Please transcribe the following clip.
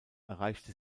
erreichte